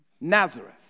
Nazareth